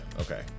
okay